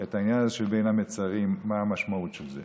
את העניין הזה של בין המצרים, מה המשמעות של זה?